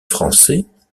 français